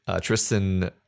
Tristan